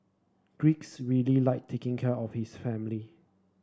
Greece really like taking care of his family